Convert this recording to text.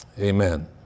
amen